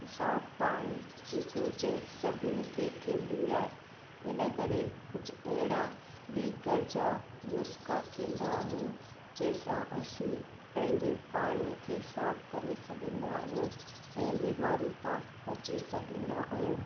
साफु पाणी जी घुरिज सभिनी खे थींदी आहे इन करे कुझु अहिड़ा बि घरि जा नुस्खा थींदा आहिनि जंहिंसां असीं पंहिंजे पाणीअ खे साफु करे सघंदा आहियूं ऐं बीमारी खां बची सघंदा आहियूं